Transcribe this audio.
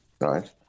right